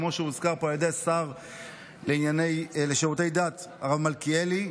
כמו שהוזכר פה על ידי השר לשירותי דת הרב מלכיאלי,